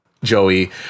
joey